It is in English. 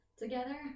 together